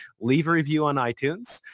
leave a review on itunes,